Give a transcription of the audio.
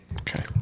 Okay